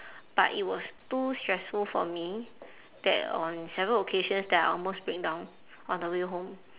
but it was too stressful for me that on several occasions that I almost breakdown on the way home